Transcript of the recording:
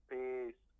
Peace